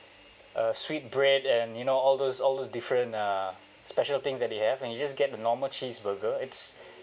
uh sweet bread and you know all those all those different uh special things that they have and you just get the normal cheeseburger it's